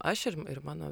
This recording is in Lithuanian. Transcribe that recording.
aš ir ir mano